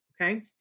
Okay